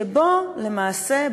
שבו למעשה,